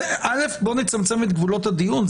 א', בואו נצמצם את גבולות הדיון.